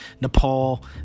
Nepal